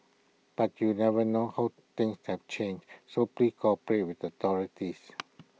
but you never know how things have changed so please cooperate with the authorities